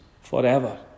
forever